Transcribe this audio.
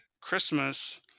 christmas